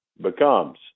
becomes